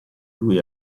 lui